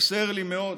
חסר לי מאוד,